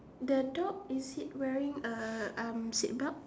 the dog is it wearing a um seatbelt